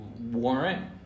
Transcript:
warrant